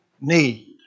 need